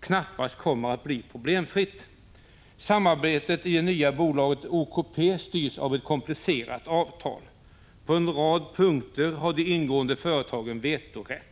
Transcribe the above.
knappast kommer att bli problemfritt. Samarbetet i det nya bolaget OKP styrs av ett komplicerat avtal. På en rad punkter har de ingående företagen vetorätt.